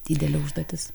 didelė užduotis